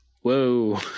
Whoa